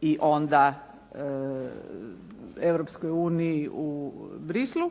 i onda Europskoj uniji u Bruxelles-u.